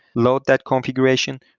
load that configuration,